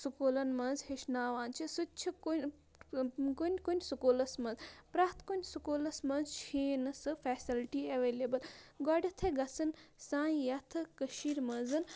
سکوٗلَن منٛز ہیٚچھناوان چھِ سُہ تہِ چھِ کُنہِ کُنہِ کُنہِ سکوٗلَس منٛز پرٛٮ۪تھ کُنہِ سکوٗلَس منٛز چھی نہٕ سُہ فیسَلٹی ایٚوَلیبٕل گۄڈٮ۪تھٕے گَژھن سانۍ یَتھ کٔشیٖرِ منٛز